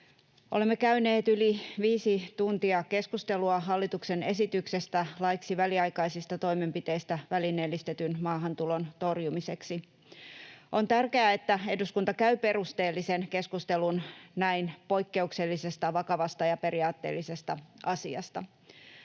Olemme käyneet yli viisi tuntia keskustelua hallituksen esityksestä laiksi väliaikaisista toimenpiteistä välineellistetyn maahantulon torjumiseksi. On tärkeää, että eduskunta käy perusteellisen keskustelun näin poikkeuksellisesta, vakavasta ja periaatteellisesta asiasta.